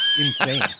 insane